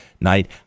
night